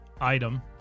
item